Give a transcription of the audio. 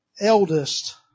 eldest